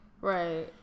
right